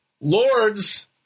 lords